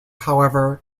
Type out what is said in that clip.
however